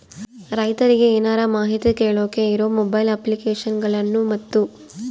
ರೈತರಿಗೆ ಏನರ ಮಾಹಿತಿ ಕೇಳೋಕೆ ಇರೋ ಮೊಬೈಲ್ ಅಪ್ಲಿಕೇಶನ್ ಗಳನ್ನು ಮತ್ತು?